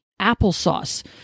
applesauce